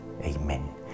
Amen